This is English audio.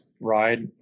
ride